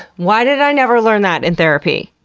why did i never learn that in therapy?